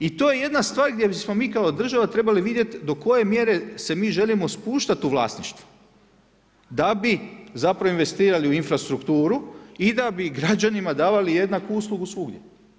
I to je jedna stvar gdje smo mi kao država trebali vidjeti do koje mjere se mi želimo spuštat u vlasništvu da bi investirali u infrastrukturu i da bi građanima davali jednaku uslugu svugdje.